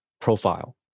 profile